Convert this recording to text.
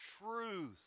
truth